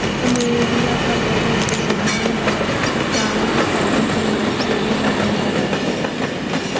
plumeria का पौधा, जिसे सामान्य नाम फ्रांगीपानी के नाम से भी जाना जाता है